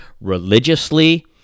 religiously